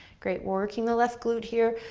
great, working the left glute here.